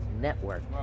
Network